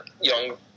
young